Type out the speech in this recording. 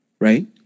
right